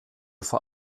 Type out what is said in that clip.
vor